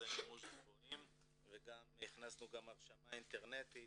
אחוזי מימוש גבוהים וגם הכנסנו הרשמה אינטרנטית